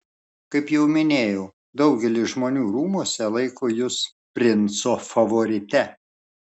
kaip jau minėjau daugelis žmonių rūmuose laiko jus princo favorite